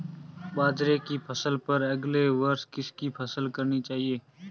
बाजरे की फसल पर अगले वर्ष किसकी फसल करनी चाहिए?